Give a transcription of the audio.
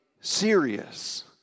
serious